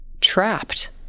trapped